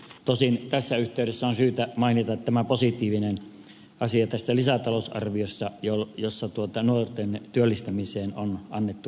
tosin tässä yhteydessä on syytä mainita se positiivinen asia tässä lisätalousarviossa että nuorten työllistämiseen on annettu lisäpanoksia